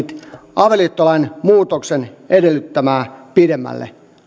avioliittolain muutoksen edellyttämää pidemmälle